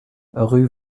rue